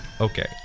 Okay